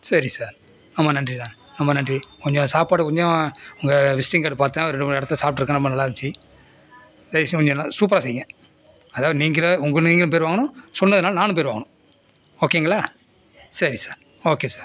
சரி சார் ரொம்ப நன்றி சார் ரொம்ப நன்றி கொஞ்சம் சாப்பாடு கொஞ்சம் உங்கள் விசிட்டிங் கார்ட் பார்த்தேன் ஒரு ரெண்டு மூணு இடத்துல சாப்பிட்டுருக்கேன் ரொம்ப நல்லா இருந்துச்சு டேஸ்ட் கொஞ்சம் எல்லாம் சூப்பராக செய்ங்க அதாவது நீங்களும் உங்கள் நீங்களும் பேர் வாங்கணும் சொன்னதுனால் நானும் பேர் வாங்கணும் ஓகேங்களா சரி சார் ஓகே சார்